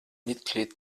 mitglied